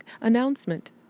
announcement